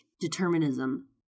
determinism